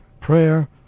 prayer